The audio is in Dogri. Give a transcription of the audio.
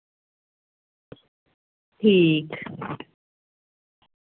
ठीक